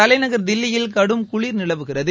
தலைநகர் தில்லியில் கடும் குளிர் நிலவுகிறது